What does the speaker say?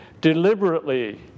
deliberately